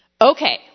Okay